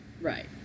Right